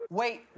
wait